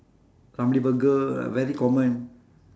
ramly burger ah very common